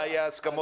מה היו ההסכמות.